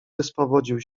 wyswobodził